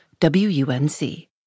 WUNC